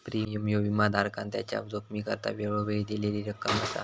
premium ह्यो विमाधारकान त्याच्या जोखमीकरता वेळोवेळी दिलेली रक्कम असा